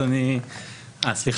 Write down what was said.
צריך